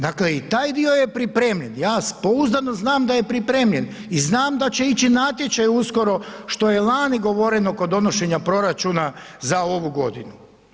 Dakle i taj dio je pripremljen, ja pouzdano znam da je pripremljen i znam da će ići natječaj uskoro što je lani govoreno kod donošenja proračuna za ovu godinu.